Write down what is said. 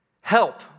help